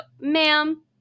Ma'am